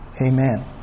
Amen